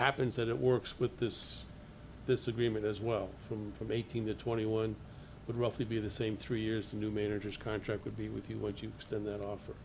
happens that it works with this this agreement as well from from eighteen to twenty one would roughly be the same three years a new managers contract would be with you what you extend that offer